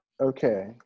Okay